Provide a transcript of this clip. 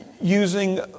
using